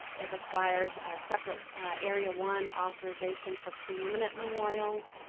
it requires a separate area one authorization for preeminent memorials.